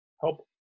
help